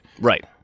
Right